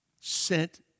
sent